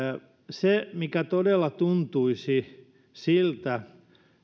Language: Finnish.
se mikä todella tuntuisi siltä